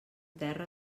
terra